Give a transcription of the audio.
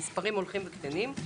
המספרים הולכים וקטנים.